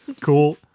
cool